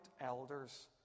elders